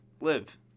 Live